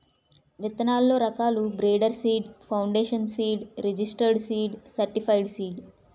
విత్తనాల్లో రకాలు breeder seed, foundation seed, registered seed, certified seed